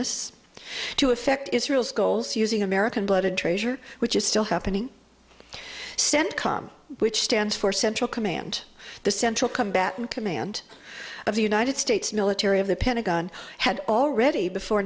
zionists to affect israel's goals using american blood and treasure which is still happening centcom which stands for central command the central combatant command of the united states military of the pentagon had already before